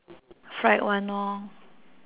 fried one lor